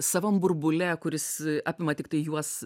savam burbule kuris apima tiktai juos